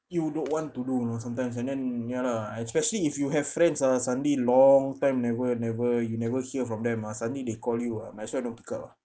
you don't want to do you know sometimes and then ya lah especially if you have friends ah suddenly long time never never you never hear from them ah suddenly they call you ah might as well don't pick up ah